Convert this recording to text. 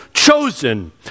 Chosen